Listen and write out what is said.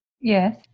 Yes